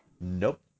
Nope